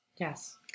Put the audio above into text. Yes